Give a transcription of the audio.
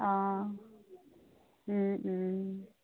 অঁ